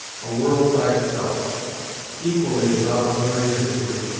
a world by itself equally without a familiar history,